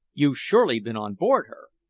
you've surely been on board her!